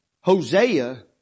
Hosea